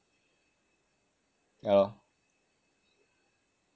yah lor